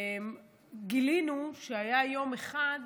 גילינו שהיה יום אחד